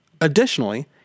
Additionally